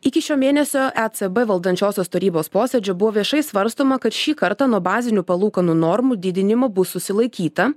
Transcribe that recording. iki šio mėnesio ecb valdančiosios tarybos posėdžio buvo viešai svarstoma kad šį kartą nuo bazinių palūkanų normų didinimo bus susilaikyta